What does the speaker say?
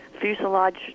fuselage